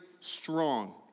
strong